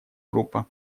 группа